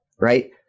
Right